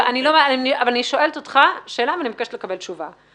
אני שואלת אותך שאלה ואני מבקשת לקבל תשובה.